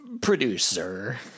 producer